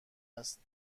است